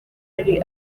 hari